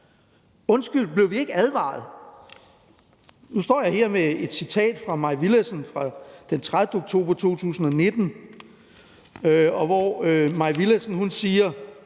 Undskyld! Blev vi ikke advaret? Nu står jeg her med et citat af fru Mai Villadsen fra den 30. oktober 2019, hvor hun siger: